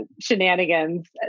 shenanigans